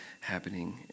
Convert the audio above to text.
happening